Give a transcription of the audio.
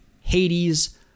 Hades